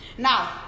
Now